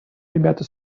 ребята